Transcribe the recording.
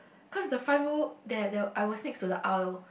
cause the front row there there I was next to the aisle